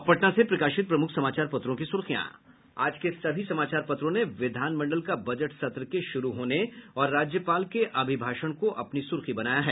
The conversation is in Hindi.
अब पटना से प्रकाशित प्रमुख समाचार पत्रों की सुर्खियां आज के सभी समाचार पत्रों ने विधानमंडल का बजट सत्र ेके शुरू होने और राज्यपाल के अभिभाषण को अपनी सुर्खी बनाया है